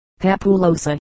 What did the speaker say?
papulosa